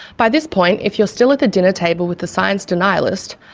by this point, if you're still at the dinner table with the science denialist,